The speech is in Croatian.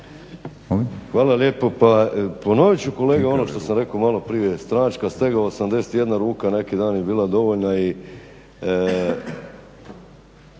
Hvala lijepo. Pa ponovit ću kolega ono što sam rekao malo prije, stranačka stega, 81 ruka neki dan je bila dovoljna i